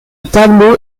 tableau